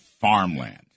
farmland